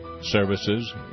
services